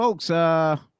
folks